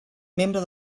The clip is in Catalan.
membre